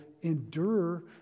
endure